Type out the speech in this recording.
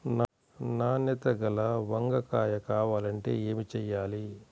నాణ్యత గల వంగ కాయ కావాలంటే ఏమి చెయ్యాలి?